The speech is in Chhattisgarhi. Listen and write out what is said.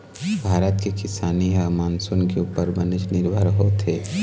भारत के किसानी ह मानसून के उप्पर बनेच निरभर होथे